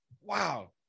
Wow